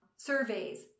Surveys